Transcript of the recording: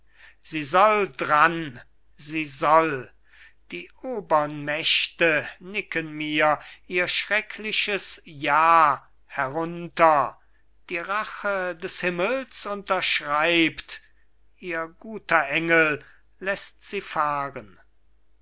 sie soll dran sie soll die obern mächte nicken mir ihr schreckliches ja herunter die rache des himmels unterschreibt ihr guter engel läßt sie